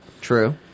True